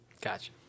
gotcha